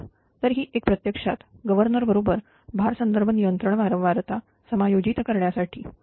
तर ही एक प्रत्यक्षात गव्हर्नर बरोबर भार संदर्भ नियंत्रण वारंवारता समायोजित करण्यासाठी